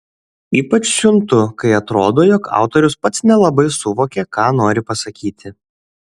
ypač siuntu kai atrodo jog autorius pats nelabai suvokė ką nori pasakyti